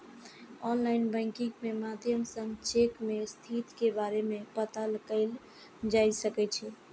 online banking के माध्यम सं चेक के स्थिति के बारे मे पता कैल जा सकै छै